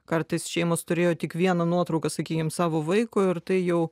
kartais šeimos turėjo tik vieną nuotrauką sakykim savo vaiko ir tai jau